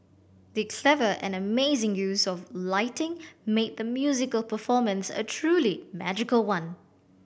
the clever and amazing use of lighting made the musical performance a truly magical one